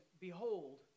Behold